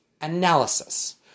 analysis